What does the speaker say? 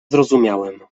zrozumiałem